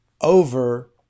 over